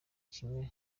kimwe